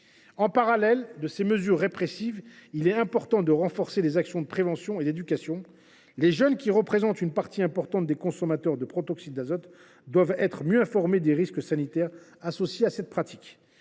En parallèle de ces mesures répressives, il est important de renforcer les actions de prévention et d’éducation. Les jeunes, qui représentent une part importante des consommateurs de protoxyde d’azote, doivent être mieux informés des risques sanitaires associés à cette pratique.